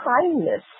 kindness